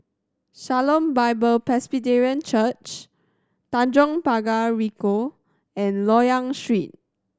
Shalom Bible Presbyterian Church Tanjong Pagar Ricoh and Loyang Street